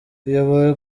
uyobewe